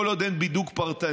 כל עוד אין בידוק פרטני,